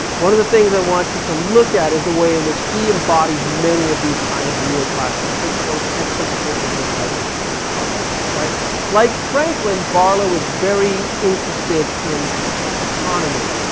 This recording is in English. one of the things i want you to look at is the way in which he embodies many of these kind of neoclassical principles and principles of the enlightenment that he's talking about. like franklin, barlow is very interested in economy,